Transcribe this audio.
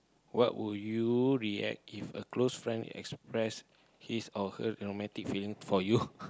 what will you react if a close friend express his or her romantic feeling for you